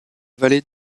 vallée